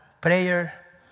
prayer